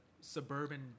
suburban